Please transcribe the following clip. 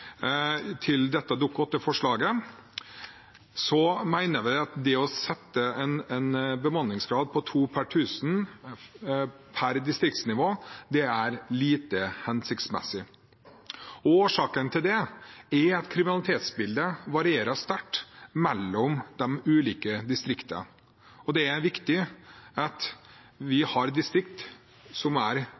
til dette Dokument 8-forslaget, mener vi at det å sette en bemanningsgrad på to per tusen på distriktsnivå er lite hensiktsmessig. Årsaken til det er at kriminalitetsbildet varierer sterkt mellom de ulike distriktene. Det er viktig at vi har distrikt som har en bemanning som er